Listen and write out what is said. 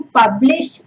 publish